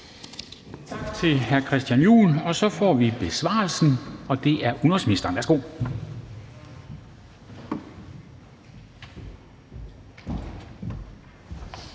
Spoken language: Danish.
Tak til hr. Christian Juhl. Så får vi besvarelsen, og det er udenrigsministeren. Værsgo.